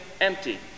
empty